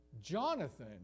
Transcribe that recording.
Jonathan